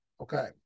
okay